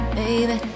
baby